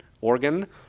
organ